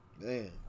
Man